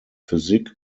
physik